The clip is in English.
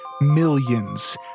millions